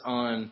on